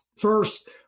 First